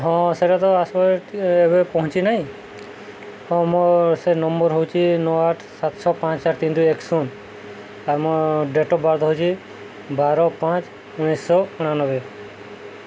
ହଁ ସେଟା ତ ଆସ ଏବେ ପହଞ୍ଚି ନାହିଁ ହଁ ମୋ ସେ ନମ୍ବର ହେଉଛି ନଅ ଆଠ ସାତ ଛଅ ପାଞ୍ଚ ଆଠ ତିନି ଦୁଇ ଏକ ଶୂନ ଆଉ ମୋ ଡ଼େଟ୍ ଅଫ୍ ବାର୍ଥ ହେଉଛି ବାର ପାଞ୍ଚ ଉଣେଇଶି ଶହ ଅଣାନବେ